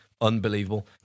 Unbelievable